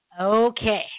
Okay